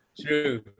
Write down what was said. true